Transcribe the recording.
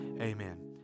Amen